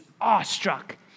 awestruck